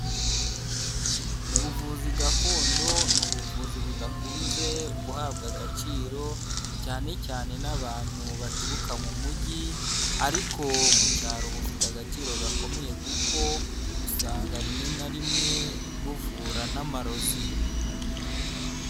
Ubuvuzi gakondo, ni ubuvuzi budakunze guhabwa agaciro, cyane cyane n'abantu baturuka mu Mujyi, ariko mu Cyaro bufite agaciro gakomeye kuko usanga rimwe na rimwe buvura n'amarozi.